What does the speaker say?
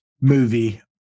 movie